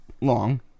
long